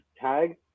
tag